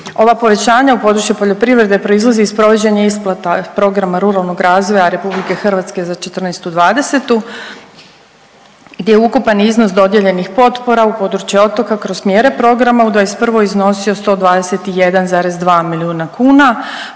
Ova povećanja u području poljoprivrede proizlaze iz provođenja isplata Programa ruralnog razvoja RH za '14.-'20. gdje ukupan iznos dodijeljenih potpora u područje otoka kroz mjere programa u '21. iznosio 121,2 milijuna kuna.